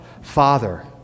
Father